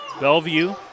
Bellevue